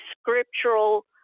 scriptural